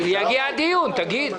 בסדר, יגיע הדיון, תגיד.